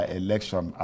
election